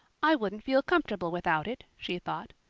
i wouldn't feel comfortable without it, she thought.